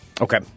Okay